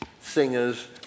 singers